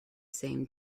same